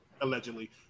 allegedly